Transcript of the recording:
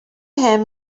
him